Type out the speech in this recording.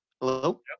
Hello